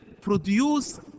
produce